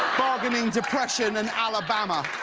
bargaining, depression and alabama.